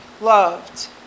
loved